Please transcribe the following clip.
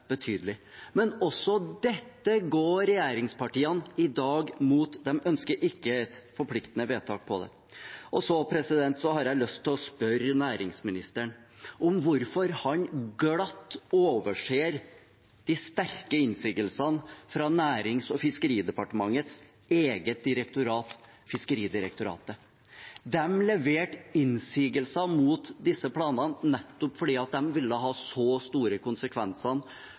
betydelig. Men også dette går regjeringspartiene i dag imot, de ønsker ikke et forpliktende vedtak på det. Så har jeg lyst til å spørre næringsministeren om hvorfor han glatt overser de sterke innsigelsene fra Nærings- og fiskeridepartementets eget direktorat, Fiskeridirektoratet. De leverte innsigelser mot disse planene nettopp fordi det ville ha så store konsekvenser